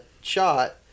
shot